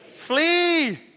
Flee